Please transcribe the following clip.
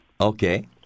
Okay